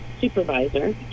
supervisor